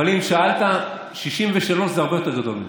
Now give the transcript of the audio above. אבל אם שאלת, 63 זה הרבה יותר גדול ממך.